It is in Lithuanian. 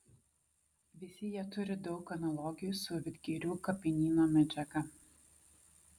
visi jie turi daug analogijų su vidgirių kapinyno medžiaga